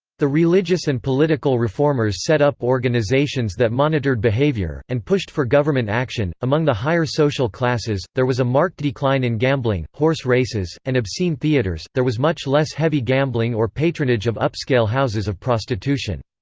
the religious and political reformers set up organizations that monitored behaviour, and pushed for government action among the higher social classes, there was a marked decline in gambling, horse races, and obscene theatres there was much less heavy gambling or patronage of upscale houses of prostitution.